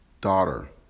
daughter